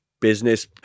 business